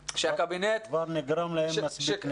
כבר נגרם להם מספיק נזק.